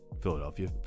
Philadelphia